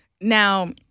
Now